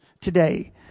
today